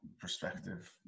perspective